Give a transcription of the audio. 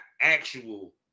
actual